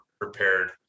prepared